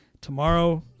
tomorrow